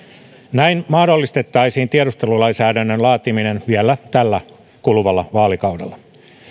näin mahdollistettaisiin tiedustelulainsäädännön laatiminen vielä tällä kuluvalla vaalikaudella